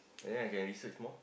and then I can research more